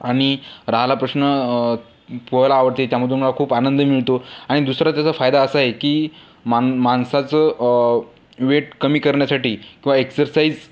आणि राहिला प्रश्न पोहायला आवडते त्यामधून खूप आनंद मिळतो आणि दुसरा त्याचा फायदा असा आहे की मान माणसाचं वेट कमी करण्यासाठी किंवा एक्सरसाईज